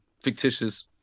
fictitious